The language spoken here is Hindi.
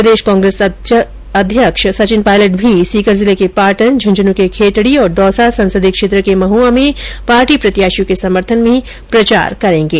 प्रदेश कांग्रेस अध्यक्ष सचिन पायलट भी सीकर जिले के पाटन झुंझुनू के खेतड़ी तथा दौसा संसदीय क्षेत्र के महुआ में पार्टी प्रत्याशियों के समर्थन में प्रचार करेंगे